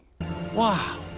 Wow